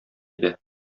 иде